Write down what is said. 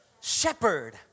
shepherd